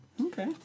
okay